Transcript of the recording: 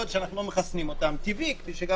כל עוד אנחנו לא מחסנים אותם טבעי כפי שגם